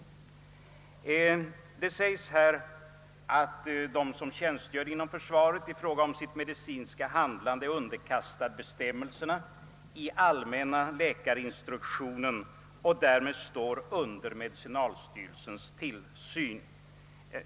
Försvarsministern erinrar om att de som tjänstgör inom försvaret i fråga om sitt medicinska handlande är underkastade bestämmelserna i allmänna läkarinstruktionen och att de alltså står under medicinalstyrelsens tillsyn.